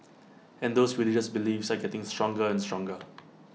and those religious beliefs are getting stronger and stronger